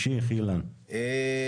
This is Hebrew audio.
אילן, בבקשה.